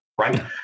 right